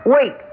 Wait